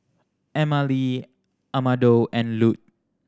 Emmalee Amado and Lute